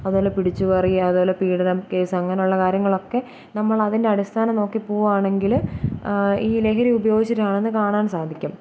അതുപോലെ പിടിച്ചുപറി അതുപോലെ പീഡനം കേസ് അങ്ങനെയുള്ള കാര്യങ്ങളൊക്കെ നമ്മളതിൻ്റെ അടിസ്ഥാനം നോക്കി പോകുകയാണെങ്കിൽ ഈ ലഹരി ഉപയോഗിച്ചിട്ടാണെന്നു കാണാൻ സാധിക്കും